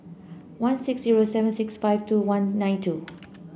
one six zero seven six five two one nine two